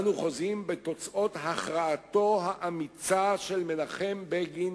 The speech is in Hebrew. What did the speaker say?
אנו חוזים בתוצאות החלטתו האמיצה של מנחם בגין